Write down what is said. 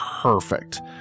perfect